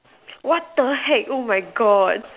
what the heck oh my God